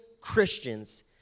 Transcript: Christians